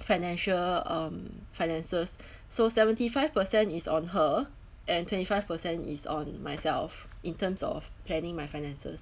financial um finances so seventy five percent is on her and twenty five percent is on myself in terms of planning my finances